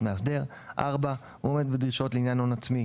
מאסדר; הוא עומד בדרישות לעניין הון עצמי,